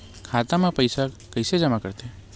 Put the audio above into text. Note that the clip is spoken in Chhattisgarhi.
खाता म पईसा कइसे जमा करथे?